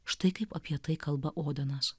štai kaip apie tai kalba odenas